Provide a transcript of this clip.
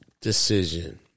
decision